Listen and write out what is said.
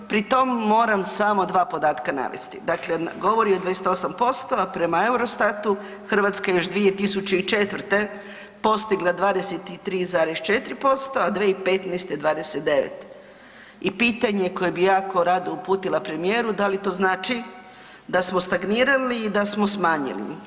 Pri tom moram samo dva podatka navesti, dakle govori o 28%, a prema Eurostatu Hrvatska je još 2004. postigla 23,4%, a 2015. 29 i pitanje je koje bi jako rado uputila premijeru, da li to znači da smo stagnirali i da smo smanjili?